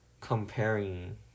comparing